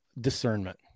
discernment